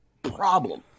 problem